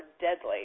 deadly